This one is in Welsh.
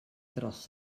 dros